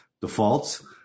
defaults